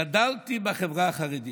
גדלתי בחברה החרדית,